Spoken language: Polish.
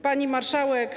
Pani Marszałek!